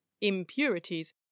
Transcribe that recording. impurities